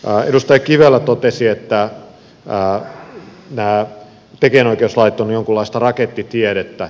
edustaja kivelä totesi että nämä tekijänoikeuslait ovat jonkunlaista rakettitiedettä